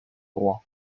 roi